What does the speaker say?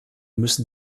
müssen